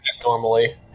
normally